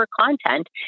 content